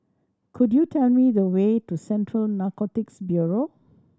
could you tell me the way to Central Narcotics Bureau